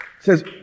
says